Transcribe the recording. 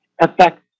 affects